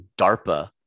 DARPA